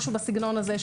משהו בסגנון הזה.